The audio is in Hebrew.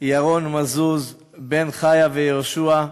ירון מזוז בן חיה ויהושע,